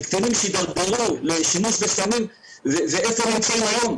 של קטינים שהתדרדרו לשימוש בסמים ואיפה הם נמצאים היום,